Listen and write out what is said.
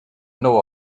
know